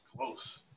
Close